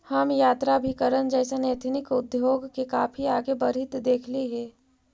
हम यात्राभिकरण जइसन एथनिक उद्योग के काफी आगे बढ़ित देखली हे